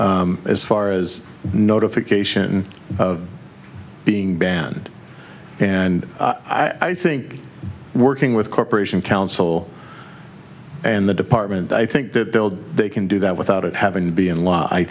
saying as far as notification being banned and i think working with corporation council and the department i think that build they can do that without having to be in la i